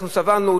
אנחנו סברנו,